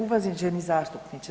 Uvaženi zastupniče.